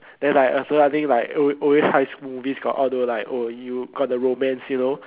then like after I think like always high school movies got all those like oh you got the romance you know